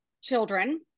children